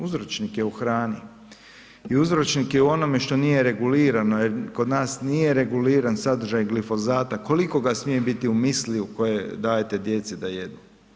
Uzročnik je u hrani i uzročnik je u onome što nije regulirano jer kod nas nije reguliran sadržaj glifosata, koliko ga smije biti u müsliju koje dajete djeci da jedu.